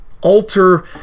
alter